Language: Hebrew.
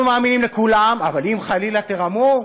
אנחנו מאמינים לכולם, אבל אם חלילה תרמו,